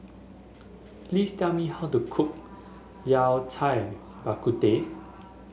please tell me how to cook Yao Cai Bak Kut Teh